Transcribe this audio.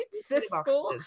Cisco